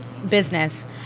Business